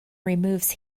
removes